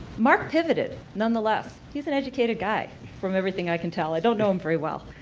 mark pivoted, nonetheless. he's an educated guy, from everything i can tell, i don't know him very well